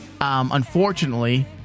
unfortunately